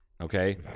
okay